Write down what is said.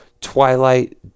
Twilight